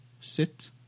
Sit